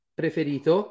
preferito